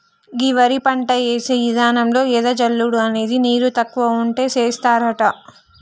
గీ వరి పంట యేసే విధానంలో ఎద జల్లుడు అనేది నీరు తక్కువ ఉంటే సేస్తారట